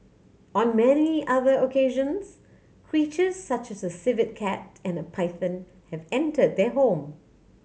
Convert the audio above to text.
on many other occasions creature such as a civet cat and a python have entered their home